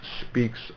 speaks